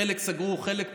חלק סגרו וחלק פתחו,